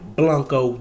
blanco